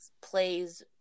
plays